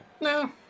No